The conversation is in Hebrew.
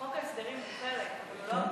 חוק ההסדרים הוא חלק, אבל הוא לא הכול.